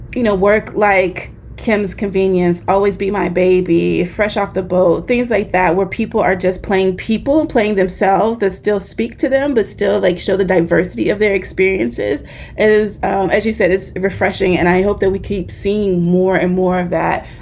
you know, work like kim's convenience. always be my baby. fresh off the boat. things like that where people are just playing people and playing themselves, they still speak to them, but still like show. the diversity of their experiences is um as you said, it's refreshing and i hope that we keep seeing more and more of that.